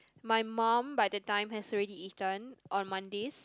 my mum by the time has already eaten on Mondays